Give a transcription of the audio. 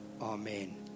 Amen